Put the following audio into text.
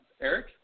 Eric